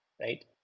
right